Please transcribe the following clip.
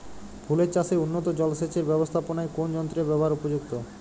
ফুলের চাষে উন্নত জলসেচ এর ব্যাবস্থাপনায় কোন যন্ত্রের ব্যবহার উপযুক্ত?